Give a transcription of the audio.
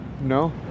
No